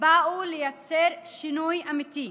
שבאו ליצור שינוי אמיתי.